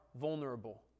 vulnerable